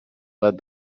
led